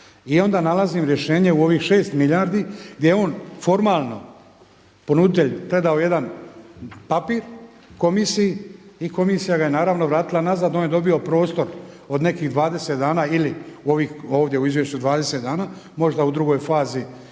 I onda nalazim rješenje u ovih 6 milijardi gdje je on formalno ponuditelj predao jedan papir komisiji i komisija ga je naravno vratila nazad, on je dobio prostor od nekih 20 dana ili ovdje u izvješću 20 dana, možda u drugoj fazi